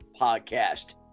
podcast